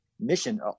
Mission